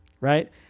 Right